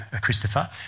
Christopher